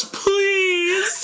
please